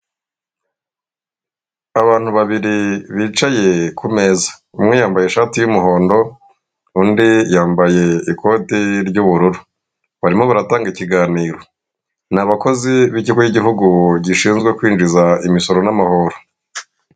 Abantu babiri bicaye kumeza umwe yambaye ishati y'umuhondo undi yambaye ikote ry'ubururu, barimo baratanga ikiganiro. N'abakozi b'ikigo yigihugu gishinzwe kwinjiza imisoro n'amahoro.